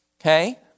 okay